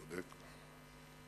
צודק.